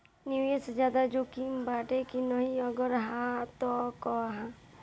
निवेस ज्यादा जोकिम बाटे कि नाहीं अगर हा तह काहे?